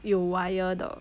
有 wire 的